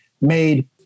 made